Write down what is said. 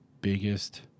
biggest